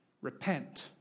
repent